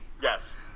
Yes